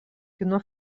kino